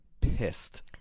pissed